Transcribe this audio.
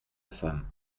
femme